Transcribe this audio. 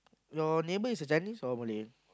your neighbor is a Chinese or Malay